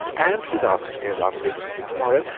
and he's asked her to go round the links with him to-morrow.